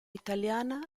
italiana